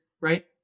right